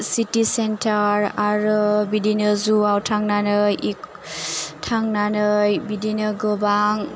city centre आरो बिदिनो जुआव थांनानै थांनानै बिदिनो गोबां